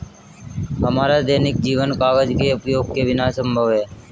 हमारा दैनिक जीवन कागज के उपयोग के बिना असंभव है